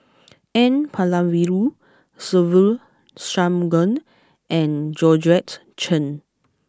N Palanivelu Se Ve Shanmugam and Georgette Chen